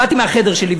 באתי מהחדר שלי,